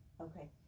Okay